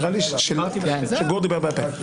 נראה לי שגור דיבר בעל פה.